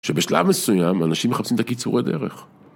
‫שבשלב מסוים אנשים מחפשים ‫את הקיצורי דרך.